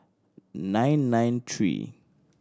nine nine three